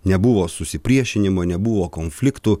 nebuvo susipriešinimo nebuvo konfliktų